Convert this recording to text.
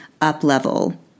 up-level